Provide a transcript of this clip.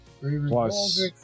Plus